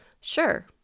Sure